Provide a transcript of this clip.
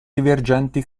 divergenti